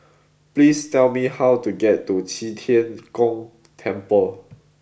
please tell me how to get to Qi Tian Gong Temple